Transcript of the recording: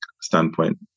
standpoint